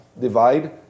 divide